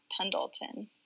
pendleton